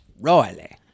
Royally